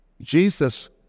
Jesus